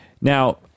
Now